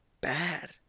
bad